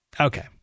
okay